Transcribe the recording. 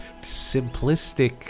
simplistic